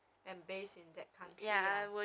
and base in that country ah